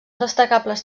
destacables